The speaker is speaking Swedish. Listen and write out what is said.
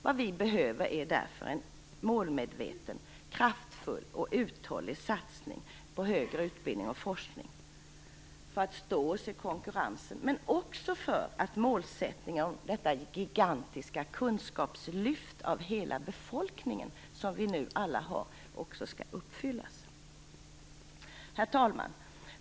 Vad vi behöver är därför en målmedveten, kraftfull och uthållig satsning på högre utbildning och forskning för att stå oss i konkurrensen men också för att målsättningen om detta gigantiska kunskapslyft av hela befolkningen som vi nu alla har också skall uppfyllas. Herr talman!